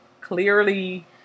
clearly